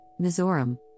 Mizoram